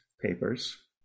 papers